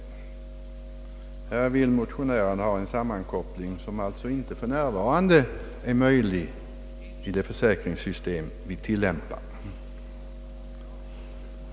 Motionärerna vill i förevarande ärende ha en sammankoppling som alltså för närvarande inte är möjlig i det försäkringssystem vi tillämpar.